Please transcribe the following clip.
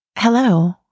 Hello